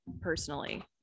personally